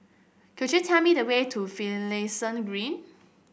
could you tell me the way to Finlayson Green